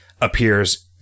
appears